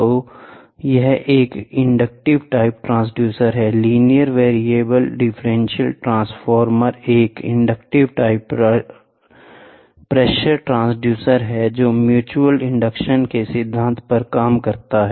तो यह एक इंडक्टिव टाइप ट्रांसड्यूसर है लीनियर वेरिएबल डिफरेंशियल ट्रांसफॉर्मर एक इंडक्टिव टाइप प्रेशर ट्रांसड्यूसर है जो म्यूचुअल इंडक्शन सिद्धांत पर काम करता है